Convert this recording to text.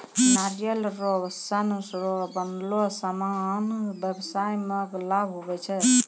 नारियल रो सन रो बनलो समान व्याबसाय मे लाभ हुवै छै